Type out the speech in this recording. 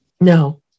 No